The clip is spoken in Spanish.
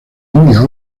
indias